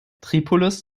tripolis